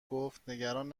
گفتنگران